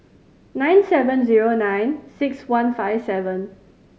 nine seven zero nine six one five seven